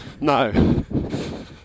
No